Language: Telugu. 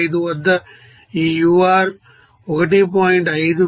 5 వద్ద ఈ ur 1